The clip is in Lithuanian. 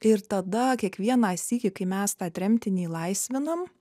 ir tada kiekvieną sykį kai mes tą tremtinį laisvinam